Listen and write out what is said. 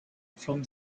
from